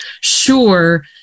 sure